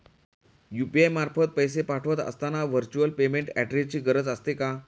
UPI मार्फत पैसे पाठवत असताना व्हर्च्युअल पेमेंट ऍड्रेसची गरज असते का?